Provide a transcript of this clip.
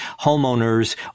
Homeowners